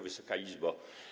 Wysoka Izbo!